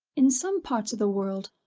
in some parts of the world,